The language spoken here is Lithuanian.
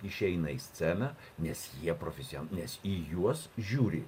išeina į sceną nes jie profesion nes į juos žiūri